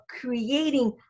creating